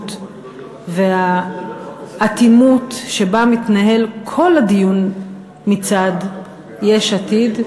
הדורסנות והאטימות שבה מתנהל כל הדיון מצד יש עתיד,